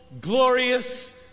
glorious